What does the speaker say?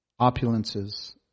opulences